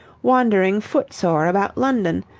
wandering foot-sore about london,